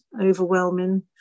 overwhelming